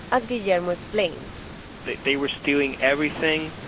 as guillermo explains they they were stealing everything.